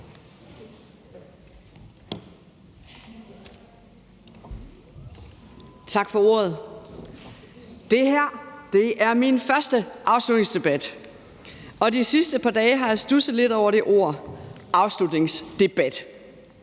Tak for ordet. Det her er min første afslutningsdebat, og de sidste par dage har jeg studset lidt over det ord – afslutningsdebat.